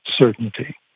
certainty